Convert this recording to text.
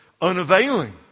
unavailing